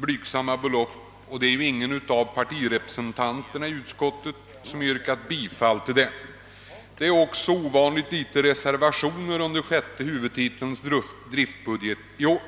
blygsamma belopp och inga av partirepresentanterna i utskottet har yrkat bifall till dem. Det är också ovanligt få reservationer under sjätte huvudtitelns driftbudget i år.